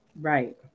Right